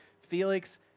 Felix